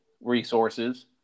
resources